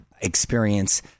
experience